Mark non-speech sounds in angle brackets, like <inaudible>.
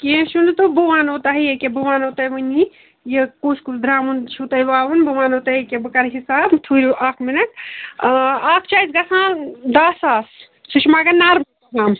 کیٚنٛہہ چھُنہٕ تہِ بہٕ وَنو تۄہہِ ییٚکہِ بہٕ وَنو تۄہہِ وُنی یہِ کُس کُس دَرٛمُن چھُ تۄہہِ وَوُن بہٕ وَنو تۄہہِ یِیٚکہِ بہٕ کَر حِساب ٹھٕہرِو اَکھ مِنٹ ٲں اَکھ چھِ اسہِ گَژھان دہ ساس سُہ چھُ مگر نر <unintelligible>